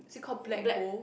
is it called Black Gold